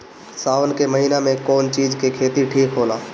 सावन के महिना मे कौन चिज के खेती ठिक होला?